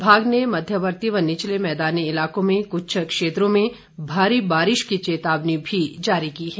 विभाग ने मध्यवर्ती व निचले मैदानी इलाकों में कुछ क्षेत्रों में भारी बारिश की चेतावनी भी जारी की है